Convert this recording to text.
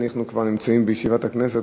אנחנו כבר נמצאים בישיבת הכנסת,